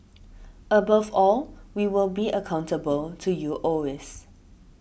above all we will be accountable to you always